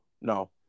No